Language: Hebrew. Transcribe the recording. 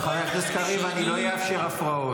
חבר הכנסת קריב, אני לא אאפשר הפרעות.